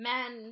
Men